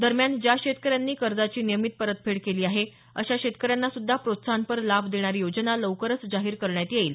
दरम्यान ज्या शेतकऱ्यांनी कर्जाची नियमित परतफेड केली आहे अशा शेतकऱ्यांनासुध्दा प्रोत्साहनपर लाभ देणारी योजना लवकर जाहीर करण्यात येईल